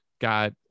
got